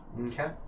Okay